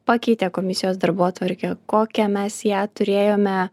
pakeitė komisijos darbotvarkę kokią mes ją turėjome